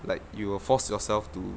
like you will force yourself to